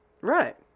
Right